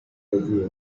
idea